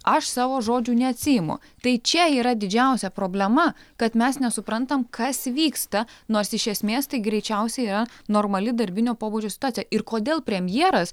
aš savo žodžių neatsiimu tai čia yra didžiausia problema kad mes nesuprantam kas vyksta nors iš esmės tai greičiausiai yra normali darbinio pobūdžio situacija ir kodėl premjeras